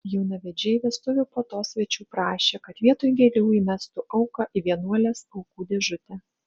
jaunavedžiai vestuvių puotos svečių prašė kad vietoj gėlių įmestų auką į vienuolės aukų dėžutę